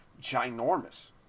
ginormous